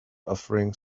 offering